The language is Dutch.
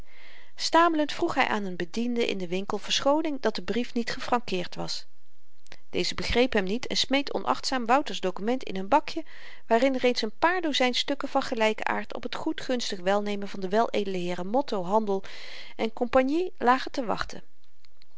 stamelend vroeg hy aan n bediende in den winkel verschooning dat de brief niet gefrankeerd was deze begreep hem niet en smeet onachtzaam wouter's dokument in n bakje waarin reeds n paar dozyn stukken van gelyken aard op t goedgunstig welnemen van de weledele heeren motto handel cie lagen te wachten